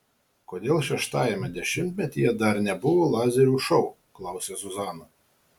kodėl šeštajame dešimtmetyje dar nebuvo lazerių šou klausia zuzana